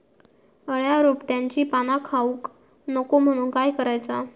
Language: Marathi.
अळ्या रोपट्यांची पाना खाऊक नको म्हणून काय करायचा?